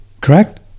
correct